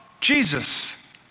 Jesus